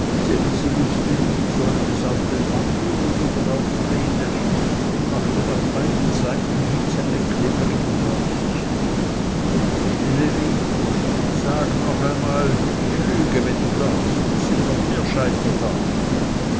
wußte nicht sollte es auf den mann los oder auf vreneli und machte nach beiden seiten hin seine kleberigen fäustchen vreneli rief sag noch einmal ich lüge wenn du darfst es sind noch mehr scheiter da